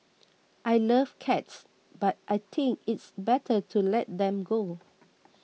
I love cats but I think it's better to let them go